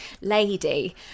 lady